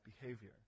behavior